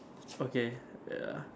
okay ya